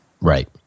right